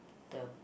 the